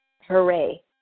hooray